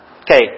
Okay